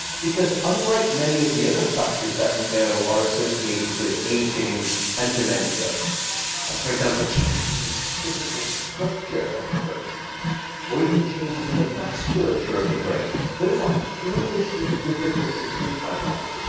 because unlike many of the other factors that we know are associated with aging and dementia um for example, changes in the physical structure of the brain or even changes in the vasculature of the brain those are fiendishly difficult to treat right now.